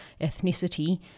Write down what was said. ethnicity